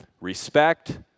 Respect